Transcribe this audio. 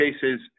cases